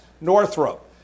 Northrop